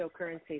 cryptocurrency